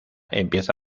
empieza